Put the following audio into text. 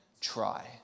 try